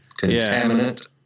contaminant